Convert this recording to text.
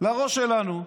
לראש שלנו ואמרתם: